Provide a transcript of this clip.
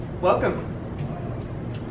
welcome